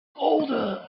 older